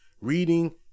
reading